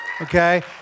Okay